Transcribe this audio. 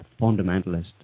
fundamentalist